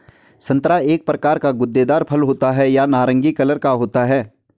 संतरा एक प्रकार का गूदेदार फल होता है यह नारंगी कलर का होता है